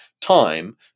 time